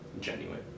genuine